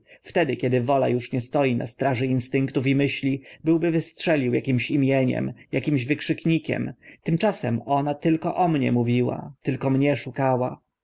wtedy kiedy wola uż nie stoi na straży instynktów i myśli byłby wystrzelił akimś imieniem akimś wykrzyknikiem tymczasem ona tylko o mnie mówiła tylko mnie szukała